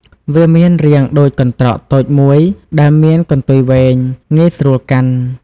វាមានរាងដូចកន្ត្រកតូចមួយដែលមានកន្ទុយវែង ងាយស្រួលកាន់។